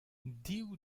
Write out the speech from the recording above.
div